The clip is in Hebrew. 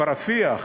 ברפיח,